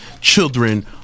children